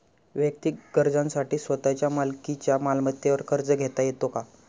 वैयक्तिक गरजांसाठी स्वतःच्या मालकीच्या मालमत्तेवर कर्ज घेता येतो का?